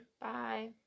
Bye